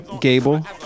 Gable